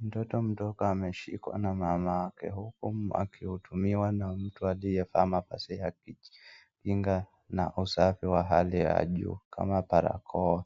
Mtoto mdogo ameshikwa na mamake huku akihudumiwa na mtu aliyevaa mavazi ya kinga na usafi wa hali ya juu kama barakoa.